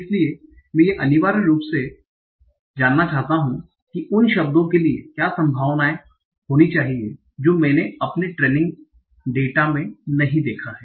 इसलिए में ये अनिवार्य रूप से यह जानना चाहता हूं कि उन शब्दों के लिए क्या संभावना होनी चाहिए जो मैंने अपने ट्रेनिंग डेटा में नहीं देखा है